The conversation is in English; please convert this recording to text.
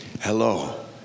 hello